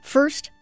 First